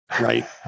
right